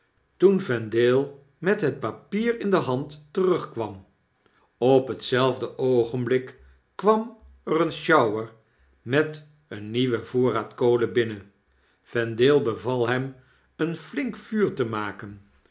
toen vendale met het papier in de hand terugkwam op hetzelfde oogenbiik kwam er een sjouwer met een nieuwen voorraad kolen binnen vendale beval hem een flink vuur te maken